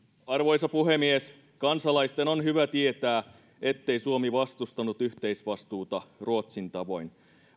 arvoisa puhemies kansalaisten on hyvä tietää ettei suomi vastustanut yhteisvastuuta ruotsin tavoin